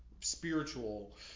spiritual